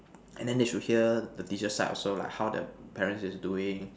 and then they should hear the teacher's side also like how the parents is doing